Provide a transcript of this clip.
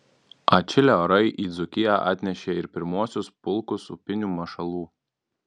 atšilę orai į dzūkiją atnešė ir pirmuosius pulkus upinių mašalų